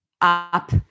up